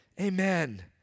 Amen